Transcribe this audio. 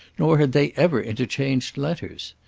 nor had they ever interchanged letters.